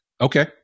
Okay